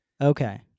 Okay